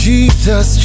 Jesus